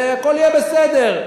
והכול יהיה בסדר.